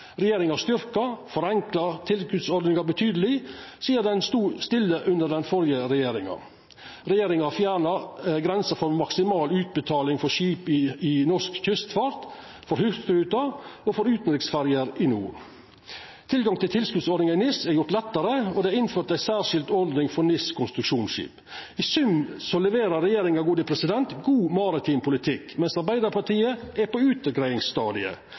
Regjeringa har styrkt og forenkla tilskotsordninga betydeleg sidan ho stod stille under den førre regjeringa. Regjeringa har fjerna grensa for maksimal utbetaling for skip i norsk kystfart, hurtigruta og utanriksferjer i NOR, Norsk Ordinært Skipsregister. Tilgang til tilskotsordninga i NIS, Norsk Internasjonalt Skipsregister, er gjort lettare, og det er innført ei særskilt ordning for NIS-konstruksjonsskip. I sum leverer regjeringa god maritim politikk, mens Arbeidarpartiet er på utgreiingsstadiet.